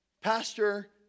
Pastor